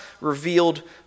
revealed